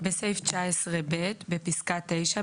בסעיף 19(ב) בפסקה 9,